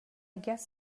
guess